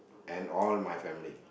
and all my family